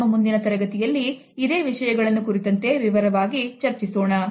ನಮ್ಮ ಮುಂದಿನ ತರಗತಿಯಲ್ಲಿ ಇದೆ ವಿಷಯಗಳನ್ನು ಕುರಿತಂತೆ ವಿವರವಾಗಿ ಚರ್ಚಿಸೋಣ